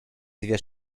dwie